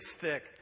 stick